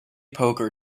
poker